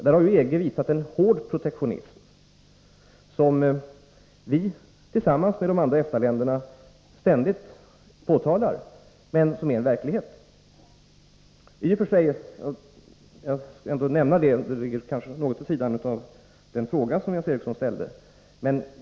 Där har EG visat en hård protektionism som vi, tillsammans med de andra EFTA-länderna, alltså ständigt påtalar men som är en verklighet. Jag skall ändå nämna en sak som i och för sig ligger vid sidan om den fråga som Jens Eriksson ställt.